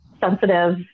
sensitive